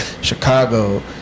Chicago